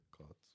cards